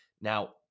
Now